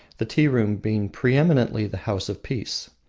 the tea-room being preeminently the house of peace.